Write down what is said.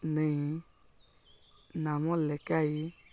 ନେଇ ନାମ ଲେଖାଇ